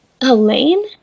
Elaine